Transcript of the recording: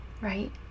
Right